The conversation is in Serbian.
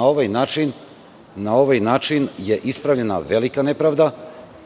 ovaj način je ispravljena velika nepravda